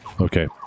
okay